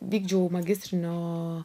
vykdžiau magistrinio